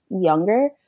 younger